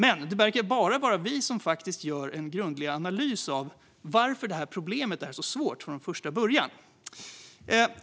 Men det verkar bara vara vi som gör en grundlig analys av varför det problemet är så svårt från första början.